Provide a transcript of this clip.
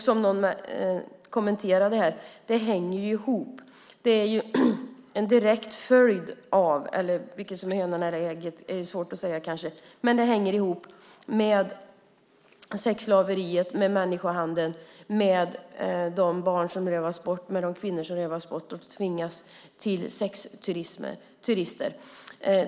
Som någon kommenterade här: Det hänger ihop med sexslaveriet, människohandeln, med barn och kvinnor som rövas bort och tvingas till sexturism.